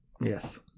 Yes